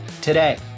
today